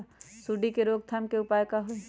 सूंडी के रोक थाम के उपाय का होई?